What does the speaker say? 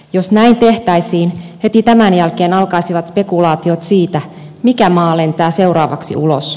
jos näin tehtäisiin heti tämän jälkeen alkaisivat spekulaatiot siitä mikä maa lentää seuraavaksi ulos